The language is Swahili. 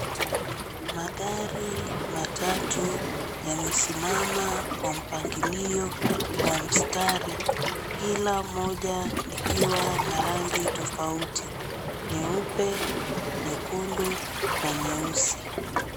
Magari matatu yamesimama kwa mpangilio wa mstari kila moja likiwa na rangi tofauti; nyeupe, nyekundu na nyeusi.